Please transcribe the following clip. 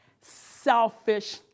selfish